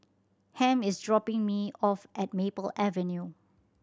Ham is dropping me off at Maple Avenue